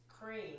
cream